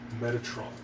Metatron